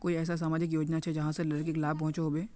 कोई ऐसा सामाजिक योजना छे जाहां से लड़किक लाभ पहुँचो हो?